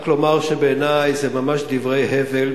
רק לומר שבעיני זה ממש דברי הבל,